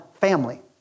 family